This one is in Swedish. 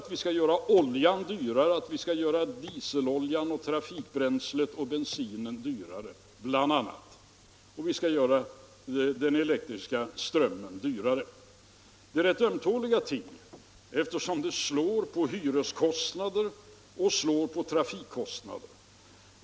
Vi skall alltså bl.a. göra brännoljan, dieseloljan, bensinen och den elektriska strömmen dyrare. Det är rätt ömtåliga åtgärder, eftersom det slår på hyreskostnader och på trafikkostnader.